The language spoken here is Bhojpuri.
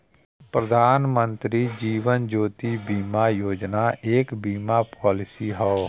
प्रधानमंत्री जीवन ज्योति बीमा योजना एक बीमा पॉलिसी हौ